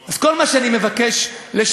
אז כל מה שאני מבקש לשנות,